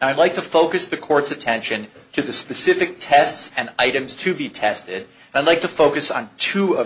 and i'd like to focus the court's attention to the specific tests and items to be tested and like to focus on two of